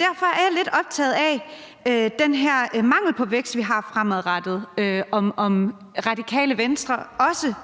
Derfor er jeg lidt optaget af den her mangel på vækst, vi har fremadrettet, og om Radikale Venstre også